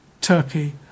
Turkey